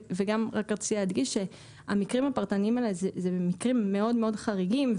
אני גם רק רציתי להדגיש שהמקרים הפרטניים האלה הם במקרים מאוד חריגים,